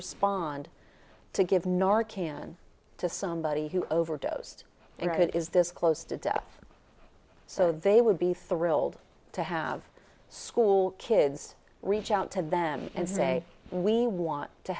respond to give nor can to somebody who overdosed and is this close to death so they would be thrilled to have school kids reach out to them and say we want to